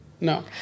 No